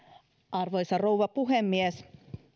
arvoisa rouva puhemies